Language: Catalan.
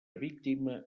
víctima